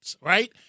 right